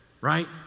Right